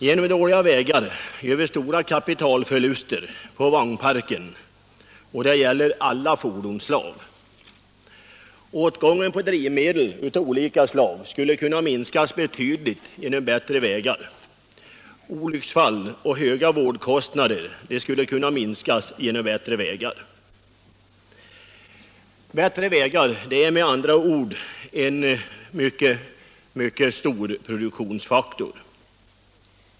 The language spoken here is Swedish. Genom dåliga vägar gör vi stora kapitalförluster på vagnparken — det gäller alla fordonsslag. Åtgången på drivmedel av olika slag skulle kunna minskas betydligt genom bättre vägar. Antalet olycksfall och de höga vårdkostnaderna skulle kunna minskas genom bättre vägar. Bättre vägar är med andra ord en mycket viktig produktionsfaktor.